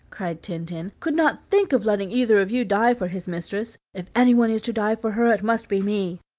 cried tintin, could not think of letting either of you die for his mistress. if anyone is to die for her it must be me.